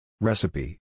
Recipe